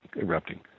erupting